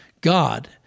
God